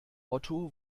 otto